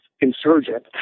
insurgent